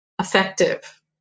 effective